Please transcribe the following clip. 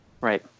right